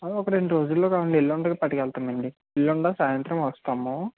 ఒక రెండు రోజుల్లో కావాలి అండి ఎల్లుండి పది గంటలకు అండి ఎల్లుండి సాయంత్రం వస్తాము